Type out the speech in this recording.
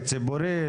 ציבורית?